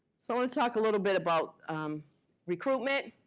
so and talk a little bit about recruitment.